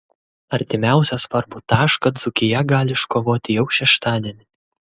artimiausią svarbų tašką dzūkija gali iškovoti jau šeštadienį